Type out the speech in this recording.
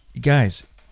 Guys